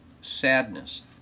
sadness